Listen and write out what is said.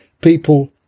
people